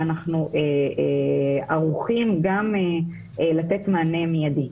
ואנחנו ערוכים לתת מענה מיידי.